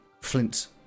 Flint